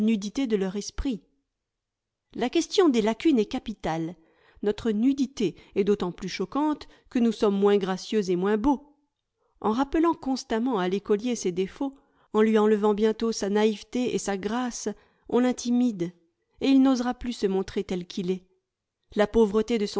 de leur esprit la question des lacunes est capitale notre nudité est d'autant plus choquante que nous sommes moins gracieux et moins beaux en rappelant constamment à l'écolier ses défauts en lui enlevant bientôt sa naïveté et sa grâce on l'intimide et il n'osera plus se montrer tel qu'il est la pauvreté de